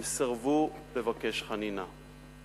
הם סירבו לבקש חנינה.